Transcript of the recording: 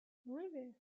nueve